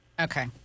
Okay